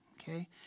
Okay